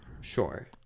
Sure